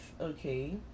okay